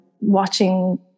watching